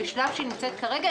בשלב שהיא נמצאת כרגע,